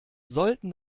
sollten